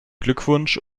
glückwunsch